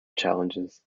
challenges